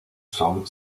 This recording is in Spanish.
son